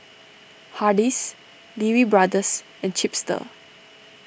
Hardy's Lee Wee Brothers and Chipster